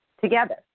together